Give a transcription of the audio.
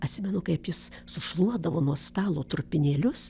atsimenu kaip jis sušluodavo nuo stalo trupinėlius